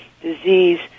disease